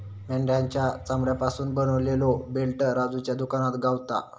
मेंढ्याच्या चामड्यापासून बनवलेलो बेल्ट राजूच्या दुकानात गावता